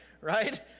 right